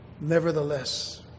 nevertheless